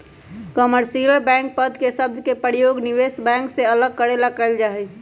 commercial bank पद के शब्द के प्रयोग निवेश बैंक से अलग करे ला कइल जा हई